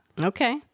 Okay